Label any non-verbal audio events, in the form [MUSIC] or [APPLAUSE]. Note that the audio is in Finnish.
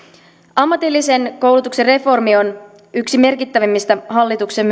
ammatillisen koulutuksen reformi on myöskin yksi merkittävimmistä hallituksen [UNINTELLIGIBLE]